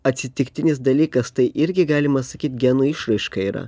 atsitiktinis dalykas tai irgi galima sakyt genų išraiška yra